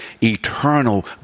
eternal